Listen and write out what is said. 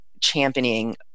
championing